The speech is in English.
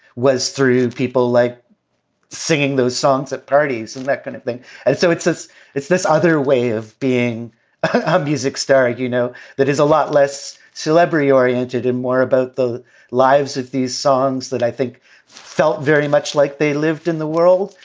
was through people like singing those songs at parties and that kind of thing and so it's it's it's this other way of being a music star, you know, that is a lot less celebrity oriented and more about the lives of these songs that i think felt very much like they lived in the world.